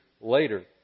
later